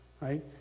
right